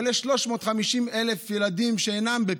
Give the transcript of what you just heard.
אבל יש 350,000 ילדים שאינם בפיקוח.